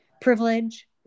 privilege